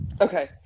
Okay